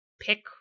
pick